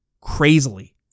crazily